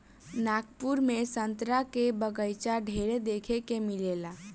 नागपुर में संतरा के बगाइचा ढेरे देखे के मिलेला